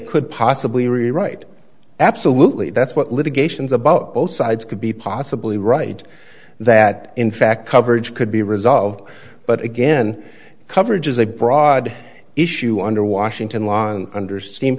could possibly rewrite absolutely that's what litigations about both sides could be possibly right that in fact coverage could be resolved but again coverage is a broad issue under washington law under steam